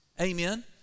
Amen